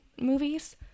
movies